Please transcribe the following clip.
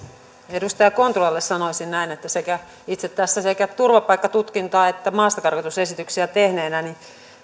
edustaja kontulalle sanoisin näin että itse sekä turvapaikkatutkintaa että maastakarkotusesityksiä tehneenä